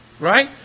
right